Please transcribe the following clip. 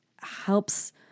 helps